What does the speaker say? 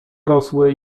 rosły